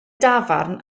dafarn